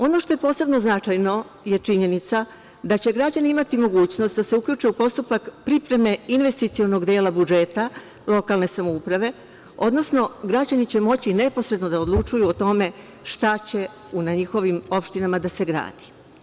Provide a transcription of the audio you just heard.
Ono što je posebno značajno je činjenica da će građani imati mogućnost da se uključe u postupak pripreme investicionog dela budžeta lokalne samouprave, odnosno građani će moći neposredno da odlučuju o tome šta će u njihovim opštinama da se gradi.